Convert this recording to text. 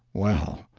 well,